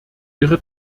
ihre